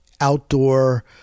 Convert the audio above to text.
outdoor